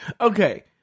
okay